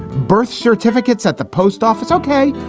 birth certificates at the post office. ok,